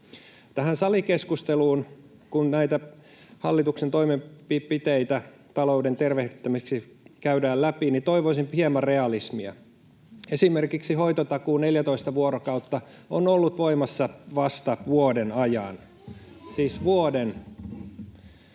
Tähän salikeskusteluun, kun näitä hallituksen toimenpiteitä talouden tervehdyttämiseksi käydään läpi, toivoisin hieman realismia. Esimerkiksi 14 vuorokauden hoitotakuu on ollut voimassa vasta vuoden ajan — siis vuoden.